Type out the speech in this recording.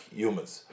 humans